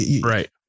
Right